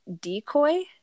decoy